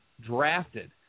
drafted